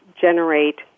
generate